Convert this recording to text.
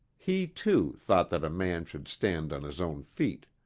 he, too, thought that a man should stand on his own feet.